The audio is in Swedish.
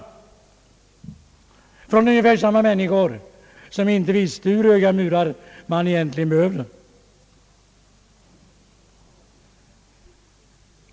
Det kommer från i stort sett samma människor som förut inte visste hur höga murar man egentligen behövde.